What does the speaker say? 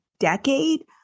decade